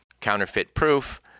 counterfeit-proof